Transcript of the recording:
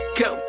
go